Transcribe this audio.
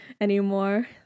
anymore